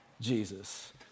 Jesus